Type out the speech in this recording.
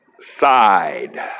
side